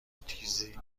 تیزی